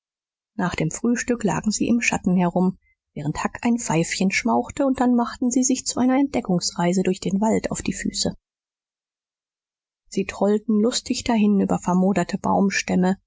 nach dem frühstück lagen sie im schatten herum während huck ein pfeifchen schmauchte und dann machten sie sich zu einer entdeckungsreise durch den wald auf die füße sie trollten lustig dahin über vermoderte baumstämme